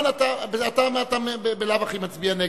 הוא לא רוצה להצביע.